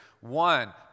One